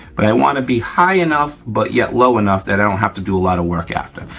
but i wanna be high enough but yet low enough that i don't have to do a lot of work after.